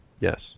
yes